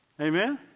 Amen